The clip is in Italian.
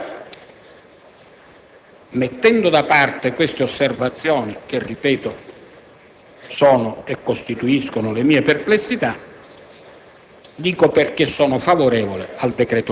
al decreto-legge. Ora, mettendo da parte queste osservazioni, che - ripeto - rappresentano le mie perplessità,